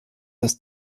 das